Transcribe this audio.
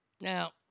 Now